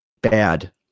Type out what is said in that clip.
bad